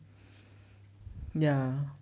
ya